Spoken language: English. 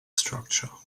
structure